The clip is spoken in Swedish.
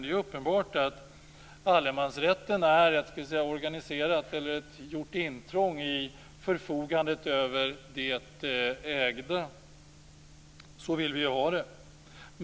Det är uppenbart att allemansrätten innebär ett intrång i förfogandet över det ägda. Så vill vi ju ha det.